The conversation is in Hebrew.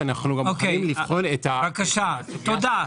אנו עומדים לבחון- - תודה.